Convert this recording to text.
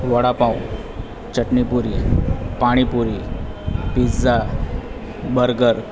vada pav chutney puri pani puri pizza burger